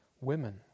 women